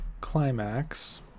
climax